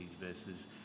versus